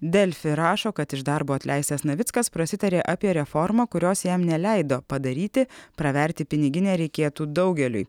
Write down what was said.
delfi rašo kad iš darbo atleistas navickas prasitarė apie reformą kurios jam neleido padaryti praverti piniginę reikėtų daugeliui